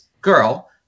girl